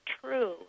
true